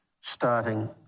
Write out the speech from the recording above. starting